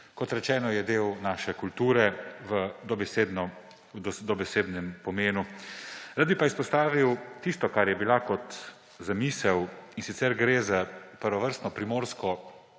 Kot rečeno, je del naše kulture v dobesednem pomenu. Rad bi pa izpostavil tisto, kar je bila kot zamisel, in sicer gre za prvovrstno primorsko